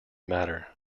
matter